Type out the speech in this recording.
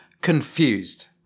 confused